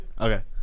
Okay